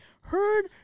heard